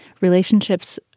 relationships